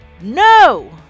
No